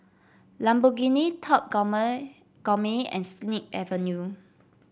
Lamborghini Top Gourmet and Snip Avenue